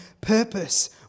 purpose